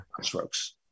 strokes